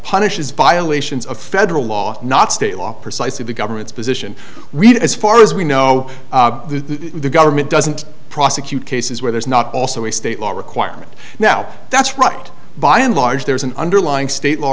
punishes violations of federal law not state law precisely the government's position we do as far as we know the government doesn't prosecute cases where there's not also a state law requirement now that's right by and large there's an underlying state law